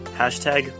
hashtag